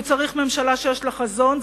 והוא צריך ממשלה שיש לה חזון,